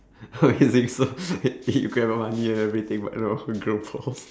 so h~ he grant your money and everything but don't know how grow balls